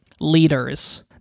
leaders